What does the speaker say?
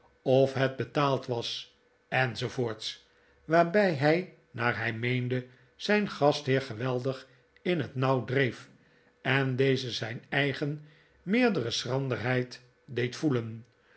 of het betaald was enz waarbij hij naar hij meende zijn gastheer geweldig in het nauw dreef en dezen zijn eigen ineerdere schranderheid deed voelen